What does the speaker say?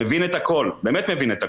מבין את הכול, באמת מבין את הכול.